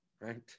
right